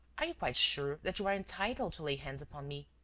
are you quite sure that you are entitled to lay hands upon me?